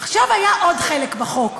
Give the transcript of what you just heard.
עכשיו, היה עוד חלק בחוק,